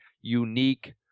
unique